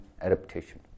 adaptation